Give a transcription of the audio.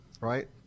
right